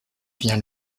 vient